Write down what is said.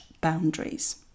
boundaries